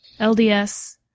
LDS